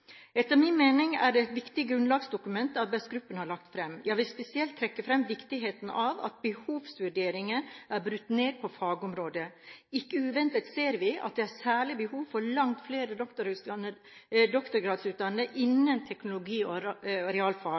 Etter min mening er det et viktig grunnlagsdokument arbeidsgruppen har lagt fram. Jeg vil spesielt trekke fram viktigheten av at behovsvurderingen er brutt ned på fagområder. Ikke uventet ser vi at det særlig er behov for langt flere doktorgradsutdannede innen teknologi- og realfag.